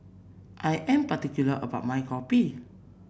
I am particular about my kopi